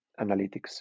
analytics